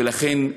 ולכן,